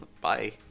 Bye